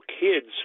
kids